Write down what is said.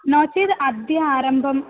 नो चेत् अद्य आरब्धा